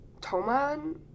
Toman